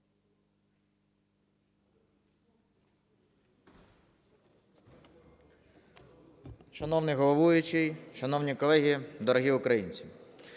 Шановний головуючий, шановні колеги, дорогі українці!